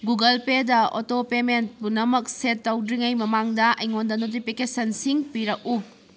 Google ꯄꯦꯗ auto payment ꯄꯨꯅꯃꯛ set ꯇꯧꯗ꯭ꯔꯤꯉꯩ ꯃꯃꯥꯡꯗ ꯑꯩꯉꯣꯟꯗ ꯅꯣꯇꯤꯐꯤꯀꯦꯁꯟꯁꯤꯡ ꯄꯤꯔꯛꯎ